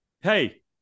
hey